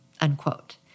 unquote